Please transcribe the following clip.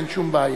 אין שום בעיה.